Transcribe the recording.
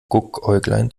guckäuglein